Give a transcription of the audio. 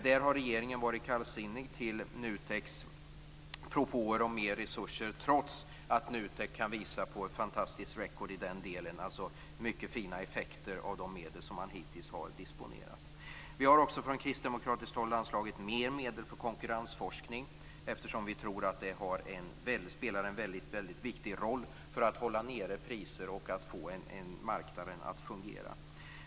Där har regeringen varit kallsinnig till NUTEK:s propåer om mer resurser trots att NUTEK kan visa på ett fantastiskt record i den delen, dvs. mycket fina effekter av de medel som det hittills har disponerat. Vi har också från kristdemokratiskt håll föreslagit mer medel för konkurrensforskning eftersom vi tror att det spelar en väldigt viktig roll för att hålla nere priser och få marknaden att fungera.